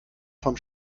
vom